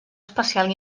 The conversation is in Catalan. espacial